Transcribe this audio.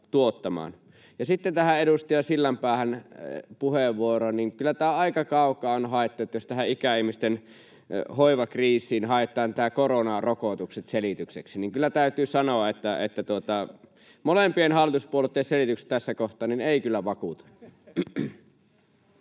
Sitten tähän edustaja Sillanpään puheenvuoroon, että kyllä tämä aika kaukaa on haettu, jos tähän ikäihmisten hoivakriisiin haetaan koronarokotukset selitykseksi. Kyllä täytyy sanoa, [Pia Sillanpään välihuuto] että molempien hallituspuolueitten selitykset tässä kohtaa eivät kyllä vakuuta.